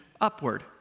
upward